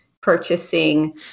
purchasing